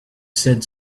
said